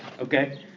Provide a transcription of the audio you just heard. Okay